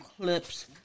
clips